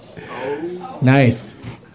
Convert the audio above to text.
Nice